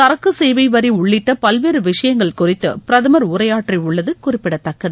சரக்கு சேவை வரி உள்ளிட்ட பல்வேறு விஷயங்கள் குறித்து பிரதமர் உரையாற்றியுள்ளது குறிப்பிடத்தக்கது